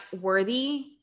worthy